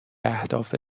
اهداف